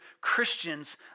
Christians